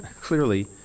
clearly